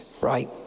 right